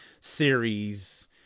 series